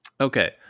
Okay